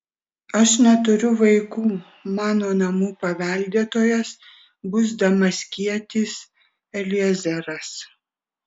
aš neturiu vaikų mano namų paveldėtojas bus damaskietis eliezeras